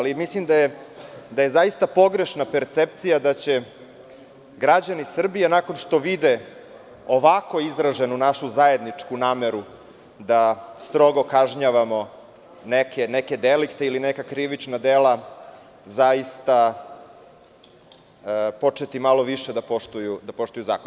Mislim da je zaista pogrešna percepcija da će građani Srbije, nakon što vide ovako izraženu našu zajedničku nameru da strogo kažnjavamo neke delikte ili neka krivična dela, zaista početi više da poštuju zakon.